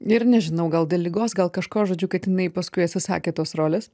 ir nežinau gal dėl ligos gal kažko žodžiu kad jinai paskui atsisakė tos rolės